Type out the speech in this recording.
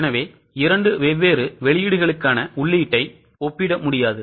எனவே 2 வெவ்வேறு வெளியீடுகளுக்கான உள்ளீட்டை ஒப்பிட முடியாது